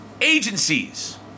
Agencies